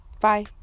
Bye